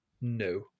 no